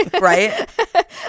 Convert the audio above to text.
right